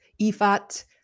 Ifat